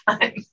time